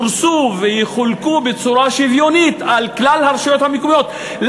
ייפרסו ויחולקו בצורה שוויונית על כלל הרשויות המקומיות,